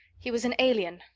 he was an alien,